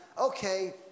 Okay